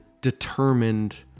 determined